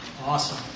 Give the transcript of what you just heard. Awesome